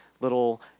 little